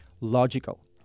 logical